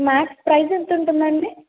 max price ఎంత ఉంటుందండి